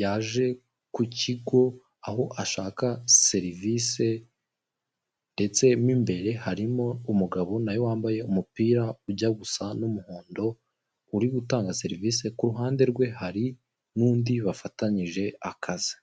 yaje ku kigo aho ashaka serivise ndetse mo imbere harimo mugabo nawe wambaye umupira ujya gusa n'umuhondo uri gutanga serivise kuruhande rwe hari n'indi bafatanyije akazi.